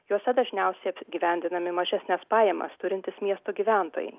juose dažniausiai apgyvendinami mažesnes pajamas turintys miesto gyventojai